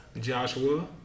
Joshua